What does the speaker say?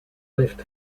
left